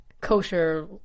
kosher